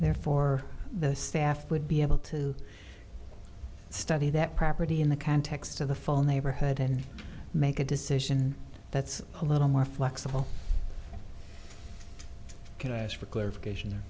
therefore the staff would be able to study that property in the context of the full neighborhood and make a decision that's a little more flexible can i ask for clarification or